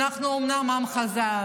אומנם אנחנו עם חזק,